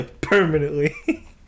Permanently